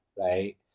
right